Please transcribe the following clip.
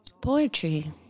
Poetry